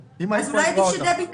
כן.